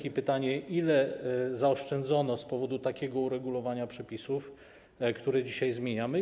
I pytanie: Ile zaoszczędzono z powodu takiego uregulowania przepisów, które dzisiaj zmieniamy?